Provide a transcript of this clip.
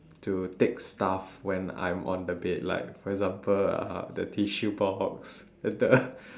to take stuff when I'm on the bed like for example uh the tissue box and the